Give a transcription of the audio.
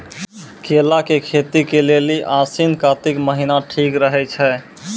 केला के खेती के लेली आसिन कातिक महीना ठीक रहै छै